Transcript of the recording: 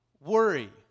worry